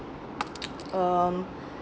um